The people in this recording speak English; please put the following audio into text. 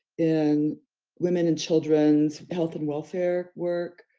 in women and children's health and welfare work.